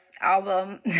album